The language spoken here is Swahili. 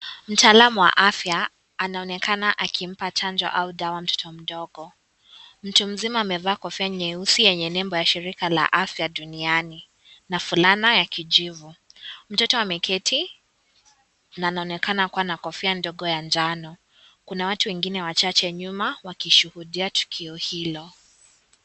Mtaalamu wa afya anaonekana akimpa chanjo au dawa mtoto mdogo, mtu mzima amevaa kofia nyeusi yenye nembo ya shirika la afya duniani na fulana ya kijivu, mtoto ameketi na anaonekana kuwa na kofia ndogo ya njano, kuna watu wengine wachache nyuma wakishuhudia tukio hilo.